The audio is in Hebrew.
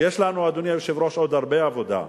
יש לנו, אדוני היושב-ראש, עוד הרבה עבודה,